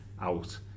out